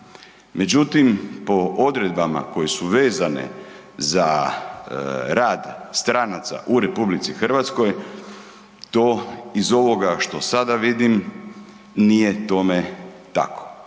Međutim, po odredbama koje su vezane za rad stranaca u RH to iz ovoga što sada vidim nije tome tako.